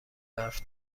برف